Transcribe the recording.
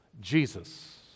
Jesus